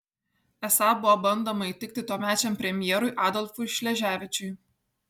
esą buvo bandoma įtikti tuomečiam premjerui adolfui šleževičiui